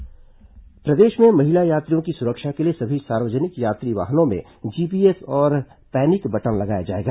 यात्री वाहन GPS system प्रदेश में महिला यात्रियों की सुरक्षा के लिए सभी सार्वजनिक यात्री वाहनों में जीपीएस और पैनिक बटन लगाया जाएगा